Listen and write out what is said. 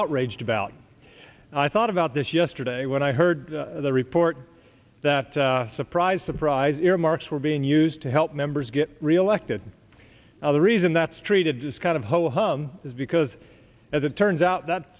outraged about i thought about this yesterday when i heard the report that surprise surprise earmarks were being used to help members get reelected now the reason that's treated as kind of ho hum is because as it turns out that